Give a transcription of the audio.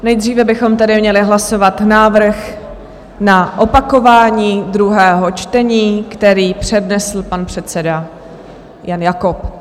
Nejdříve bychom tedy měli hlasovat návrh na opakování druhého čtení, který přednesl pan předseda Jan Jakob.